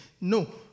No